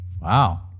Wow